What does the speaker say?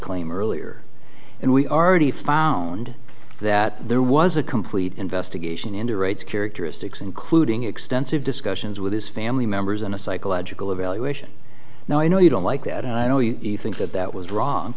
claim earlier and we are already found that there was a complete investigation into rights characteristics including extensive discussions with his family members and a psychological evaluation now i know you don't like that and i know you think that that was wrong